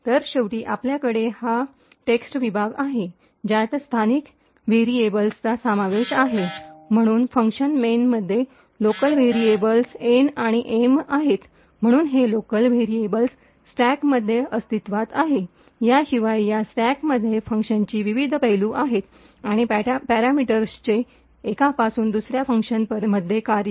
तर शेवटी आपल्याकडे हा टेक्स विभाग आहे ज्यात स्थानिक व्हेरिएबल्सचा समावेश आहे म्हणून फंक्शन मेनमध्ये लोकल व्हेरिएबल्स एन आणि एम आहेत म्हणून हे लोकल व्हेरिएबल्स स्टॅकमध्ये अस्तित्त्वात आहेत त्याशिवाय या स्टॅकमध्येही फंक्शनचे विविध पैलू आहेत आणि पॅरामीटर्सचे एकापासून दुसर्या फंक्शनमध्ये कार्य